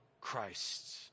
Christ